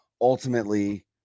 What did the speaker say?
ultimately